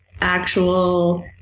actual